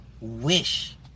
Wish